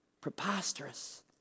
Preposterous